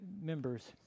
members